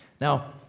Now